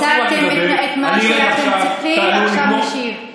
הצגתם את מה שאתם צריכים ועכשיו הוא משיב.